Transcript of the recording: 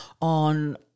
on